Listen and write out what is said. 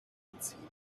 entziehen